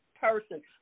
person